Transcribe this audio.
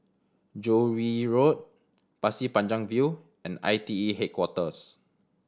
Joo Yee Road Pasir Panjang View and I T E Headquarters